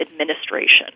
administration